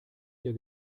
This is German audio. ihr